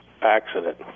accident